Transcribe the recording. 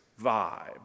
vibe